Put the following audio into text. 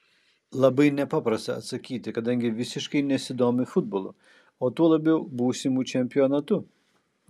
labai nepaprasta atsakyti kadangi visiškai nesidomiu futbolu o tuo labiau būsimu čempionatu